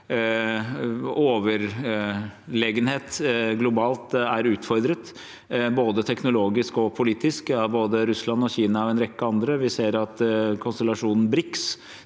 overlegenhet globalt er utfordret, både teknologisk og politisk, av både Russland, Kina og en rekke andre. Vi ser at konstellasjonen BRIKS,